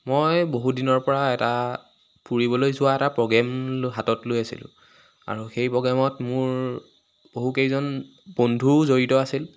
মই বহু দিনৰ পৰা এটা ফুৰিবলৈ যোৱা এটা প্ৰগ্ৰেম হাতত লৈ আছিলোঁ আৰু সেই প্ৰগ্ৰেমত মোৰ বহু কেইজন বন্ধুও জড়িত আছিল